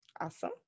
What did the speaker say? Awesome